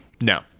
No